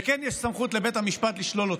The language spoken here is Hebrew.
וכן יש סמכות לבית המשפט לשלול אותה.